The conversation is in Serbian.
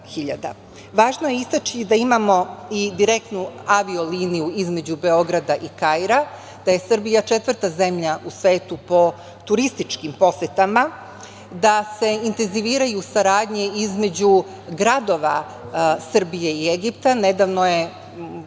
je istaći da imamo i direktnu avio liniju između Beograda i Kaira, da je Srbija četvrta zemlja u svetu po turističkim posetama, da se intenziviraju saradnje između gradova Srbije i Egipta. Nedavno je u